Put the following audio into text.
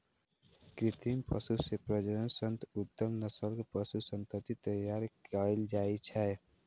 कृत्रिम पशु प्रजनन सं उत्तम नस्लक पशु संतति तैयार कएल जाइ छै